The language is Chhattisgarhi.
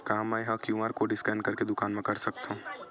का मैं ह क्यू.आर कोड स्कैन करके दुकान मा कर सकथव?